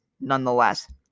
nonetheless